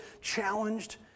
challenged